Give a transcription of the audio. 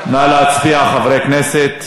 נא להצביע, חברי הכנסת.